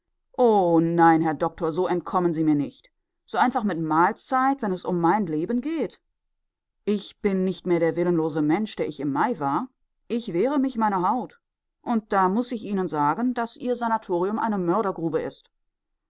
o nein herr doktor so entkommen sie mir nicht so mit einfach mahlzeit wenn es um mein leben geht ich bin nicht mehr der willenlose mensch der ich im mai war ich wehre mich meiner haut und da muß ich ihnen sagen daß ihr sanatorium eine mördergrube ist